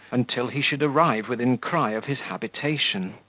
until he should arrive within cry of his habitation.